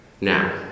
Now